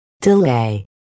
Delay